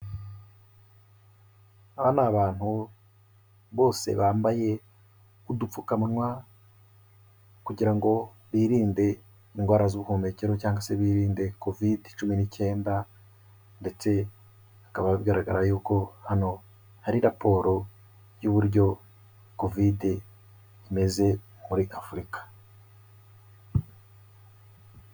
Aba ni abantu bose bambaye udupfukamunwa kugira ngo birinde indwara z'ubuhumekero cyangwa se birinde Kovide Cumi n'Icyenda ndetse bikaba bigaragara yuko hano hari raporo y'uburyo Kovide imeze muri Afurika.